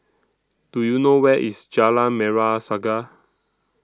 Do YOU know Where IS Jalan Merah Saga